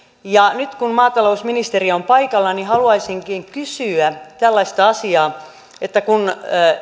ja nyt kun maatalousministeri on paikalla niin haluaisinkin kysyä tällaista asiaa kun